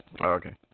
okay